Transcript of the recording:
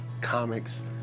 comics